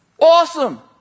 Awesome